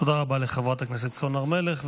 תודה רבה לחברת הכנסת סון הר מלך,